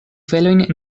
felojn